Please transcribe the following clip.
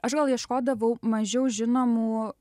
aš gal ieškodavau mažiau žinomų